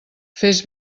fes